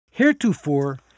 Heretofore